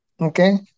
Okay